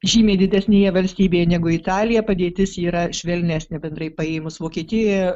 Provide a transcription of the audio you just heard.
žymiai didesnėje valstybėje negu italija padėtis yra švelnesnė bendrai paėmus vokietijoje